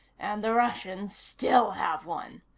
and the russians still have one.